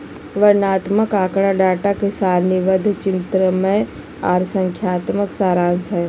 वर्णनात्मक आँकड़ा डाटा के सारणीबद्ध, चित्रमय आर संख्यात्मक सारांश हय